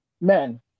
Men